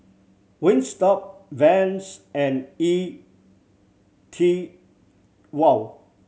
Wingstop Vans and E Twow